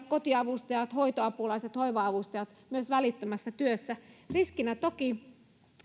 kotiavustajat hoitoapulaiset hoiva avustajat myös välittömässä työssä riskinä toki